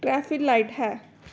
traffic light ਹੈ